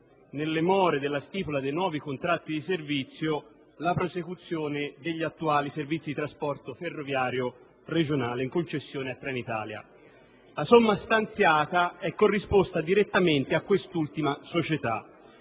nelle more della stipula dei nuovi contratti di servizio, la prosecuzione degli attuali servizi di trasporto ferroviario regionale in concessione a Trenitalia. La somma stanziata è corrisposta direttamente a quest'ultima società.